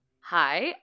Hi